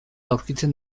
aurkitzen